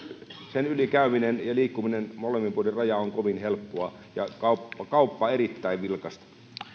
sen yli käyminen ja liikkuminen molemmin puolin rajaa on kovin helppoa ja kauppa kauppa erittäin vilkasta